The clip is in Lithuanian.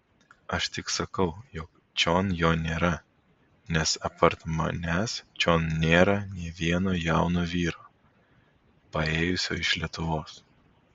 aš tik sakau jog čion jo nėra nes apart manęs čion nėra nė vieno jauno vyro paėjusio iš lietuvos